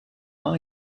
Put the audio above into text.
main